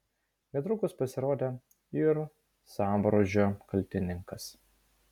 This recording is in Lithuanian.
netrukus pasirodė ir sambrūzdžio kaltininkas